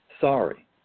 Sorry